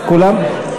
למה השר עונה?